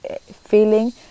feeling